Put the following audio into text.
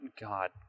God